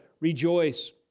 rejoice